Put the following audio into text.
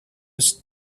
was